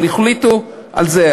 אבל החליטו על זה,